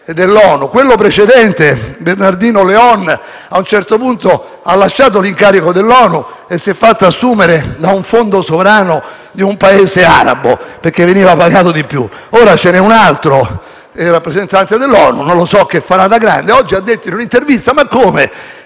Quello precedente, Bernardino León, ad un certo punto ha lasciato l'incarico all'ONU e si è fatto assumere da un fondo sovrano di un Paese arabo perché veniva pagato di più. Ora c'è un altro rappresentante dell'ONU che non so cosa farà da grande ma che oggi in un'intervista si è